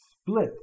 split